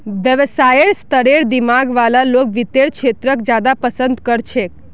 व्यवसायेर स्तरेर दिमाग वाला लोग वित्तेर क्षेत्रत ज्यादा पसन्द कर छेक